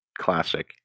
Classic